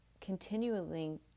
continually